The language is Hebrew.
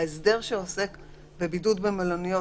ההסדר שעוסק בבידוד במלוניות,